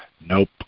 nope